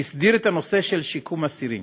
שהסדיר את הנושא של שיקום אסירים.